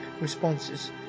responses